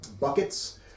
buckets